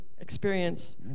experience